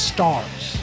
Stars